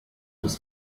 des